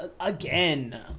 Again